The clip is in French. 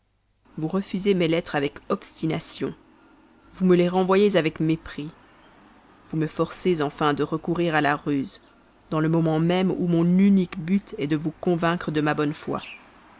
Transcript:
vous refusez mes lettres avec obstination vous me les renvoyez avec mépris vous me forcez enfin de recourir à la ruse dans le moment même où mon unique but est de vous convaincre de ma bonne foi